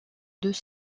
deux